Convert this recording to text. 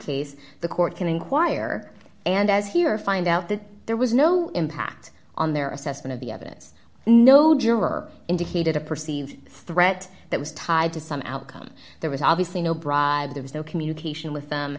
case the court can inquire and as he or find out that there was no impact on their assessment of the evidence no juror indicated a perceived threat that was tied to some outcome there was obviously no bra there was no communication with them